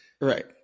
right